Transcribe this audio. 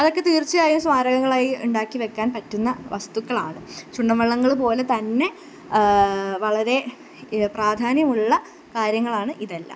അതൊക്കെ തീർച്ചയായും സ്മാരകങ്ങളായി ഉണ്ടാക്കി വെക്കാൻ പറ്റുന്ന വസ്തുക്കളാണ് ചുണ്ടൻവള്ളങ്ങൾപോലെ തന്നെ വളരേ പ്രാധാന്യമുള്ള കാര്യങ്ങളാണ് ഇതെല്ലാം